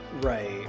Right